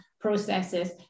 processes